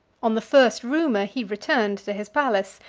on the first rumor, he returned to his palace,